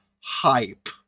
hype